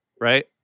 right